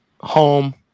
home